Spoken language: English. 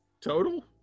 total